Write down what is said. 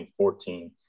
2014